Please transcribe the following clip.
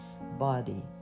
body